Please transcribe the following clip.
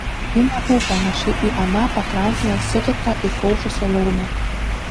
ji nebuvo panaši į aną pakrantėje sutiktą įkaušusią laumę